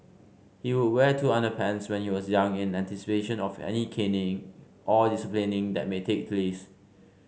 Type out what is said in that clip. he would wear two underpants when he was young in anticipation of any caning or disciplining that may take place